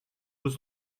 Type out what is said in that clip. was